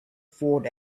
forward